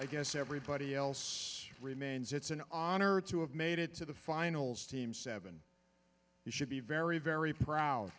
you guess everybody else remains it's an honor to have made it to the finals team seven you should be very very proud